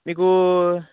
మీకు